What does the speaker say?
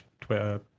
Twitter